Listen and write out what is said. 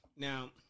Now